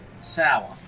sour